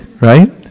Right